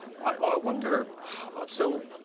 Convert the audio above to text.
i, ah, wonder so,